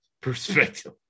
perspective